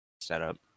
setup